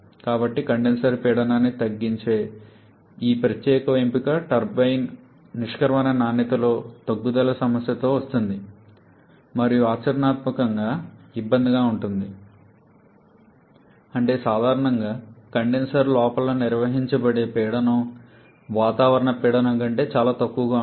కాబట్టి కండెన్సర్ పీడనాన్ని తగ్గించే ఈ ప్రత్యేక ఎంపిక టర్బైన్ నిష్క్రమణ నాణ్యతలో తగ్గుదల సమస్యతో వస్తుంది మరియు ఆచరణాత్మకంగా ఇబ్బందిగా ఉంటుంది అంటే సాధారణంగా కండెన్సర్ లోపల నిర్వహించబడే పీడనం వాతావరణ పీడనం కంటే చాలా తక్కువగా ఉంటుంది